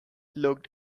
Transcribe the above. looked